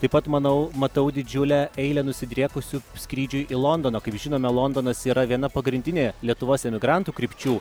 taip pat manau matau didžiulę eilę nusidriekusių skrydžiui į londoną kaip žinome londonas yra viena pagrindinė lietuvos emigrantų krypčių